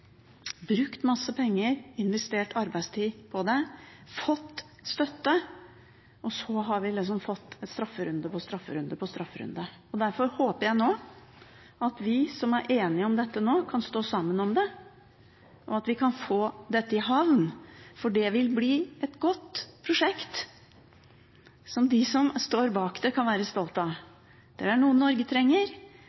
brukt masse penger, investert arbeidstid på det, fått støtte. Og så har vi liksom fått strafferunde på strafferunde på strafferunde. Derfor håper jeg at vi som er enige om dette nå, kan stå sammen om det, og at vi kan få dette i havn. For det vil bli et godt prosjekt som de som står bak det, kan være stolte av.